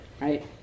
right